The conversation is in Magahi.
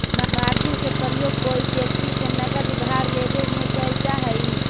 मार्जिन के प्रयोग कोई व्यक्ति से नगद उधार लेवे में कैल जा हई